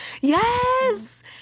Yes